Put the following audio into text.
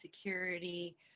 security